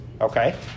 Okay